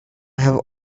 have